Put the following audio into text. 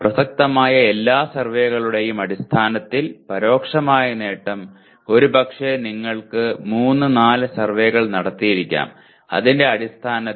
പ്രസക്തമായ എല്ലാ സർവേകളുടെയും അടിസ്ഥാനത്തിൽ പരോക്ഷമായ നേട്ടം ഒരുപക്ഷേ നിങ്ങൾ 3 4 സർവേകൾ നടത്തിയിരിക്കാം അതിന്റെ അടിസ്ഥാനത്തിൽ 0